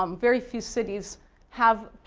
um very few cities have,